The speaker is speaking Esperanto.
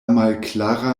malklara